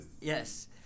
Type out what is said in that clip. Yes